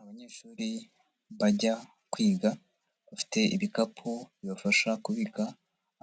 Abanyeshuri bajya kwiga, bafite ibikapu bibafasha kubika